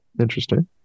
interesting